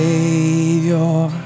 Savior